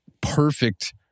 perfect